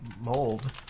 Mold